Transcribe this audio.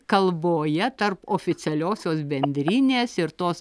kalboje tarp oficialiosios bendrinės ir tos